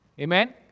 amen